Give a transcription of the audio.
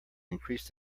increased